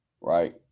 right